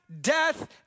death